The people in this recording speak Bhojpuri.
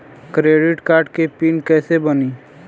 क्रेडिट कार्ड के पिन कैसे बनी?